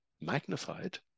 magnified